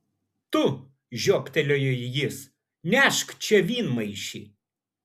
tu žioptelėjo jis nešk čia vynmaišį